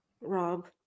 Rob